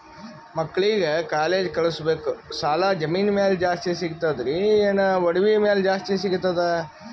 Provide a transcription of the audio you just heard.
ಮಕ್ಕಳಿಗ ಕಾಲೇಜ್ ಕಳಸಬೇಕು, ಸಾಲ ಜಮೀನ ಮ್ಯಾಲ ಜಾಸ್ತಿ ಸಿಗ್ತದ್ರಿ, ಏನ ಒಡವಿ ಮ್ಯಾಲ ಜಾಸ್ತಿ ಸಿಗತದ?